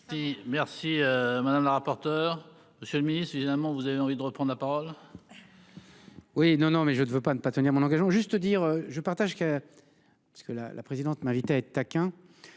Merci madame la rapporteure. Monsieur le Ministre, évidemment, vous avez envie de reprend la parole. Oui non non mais je ne veux pas ne pas tenir mon engagement. Juste dire je partage que. Parce que la la présidente m'inviter à être taquin.